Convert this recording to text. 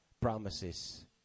promises